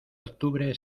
octubre